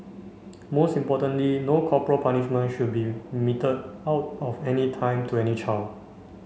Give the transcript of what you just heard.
most importantly no corporal punishment should be meted out at any time to any child